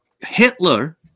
Hitler